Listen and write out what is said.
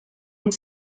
und